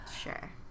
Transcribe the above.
sure